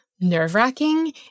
nerve-wracking